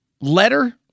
letter